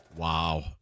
Wow